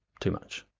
too much.